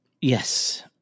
Yes